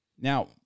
Now